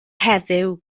heddiw